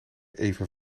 even